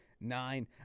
nine